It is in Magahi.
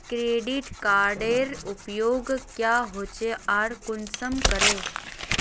क्रेडिट कार्डेर उपयोग क्याँ होचे आर कुंसम करे?